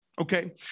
Okay